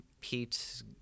Pete